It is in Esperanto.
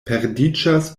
perdiĝas